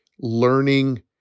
learning